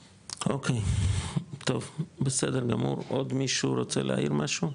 אוקי, טוב, בסדר גמור, עוד מישהו רוצה להעיר משהו?